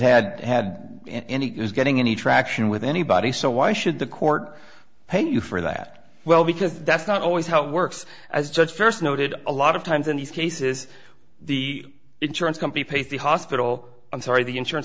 had had any is getting any traction with anybody so why should the court pay you for that well because that's not always how it works as judge first noted a lot of times in these cases the insurance company pays the hospital i'm sorry the insurance